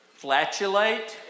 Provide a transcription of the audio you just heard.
flatulate